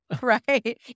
Right